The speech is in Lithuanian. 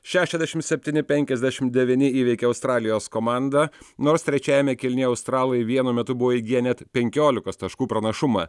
šešiasdešimt septyni penkiasdešimt devyni įveikė australijos komanda nors trečiajame kėlinyje australai vienu metu buvo įgiję net penkiolikos taškų pranašumą